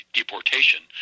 deportation